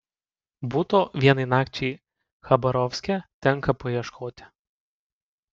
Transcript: buto vienai nakčiai chabarovske tenka paieškoti